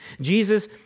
Jesus